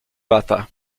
lata